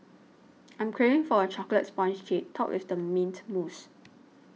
I'm craving for a Chocolate Sponge Cake Topped with Mint Mousse